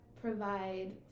Provide